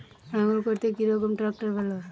লাঙ্গল করতে কি রকম ট্রাকটার ভালো?